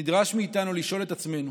נדרש מאיתנו לשאול את עצמנו